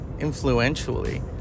Influentially